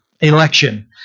election